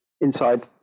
inside